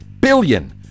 billion